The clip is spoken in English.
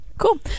cool